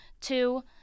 Two